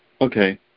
Okay